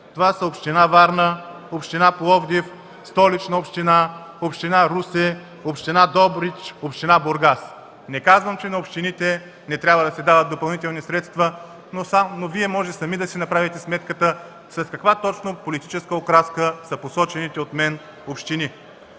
Това са община Варна, община Пловдив, Столична община, община Русе, община Добрич и община Бургас. Не казвам, че на общините не трябва да се дават допълнителни средства, но Вие можете сами да си направите сметката с каква точно политическа окраска са посочените от мен общини.